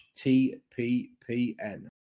tppn